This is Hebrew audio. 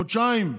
חודשיים סגר.